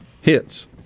hits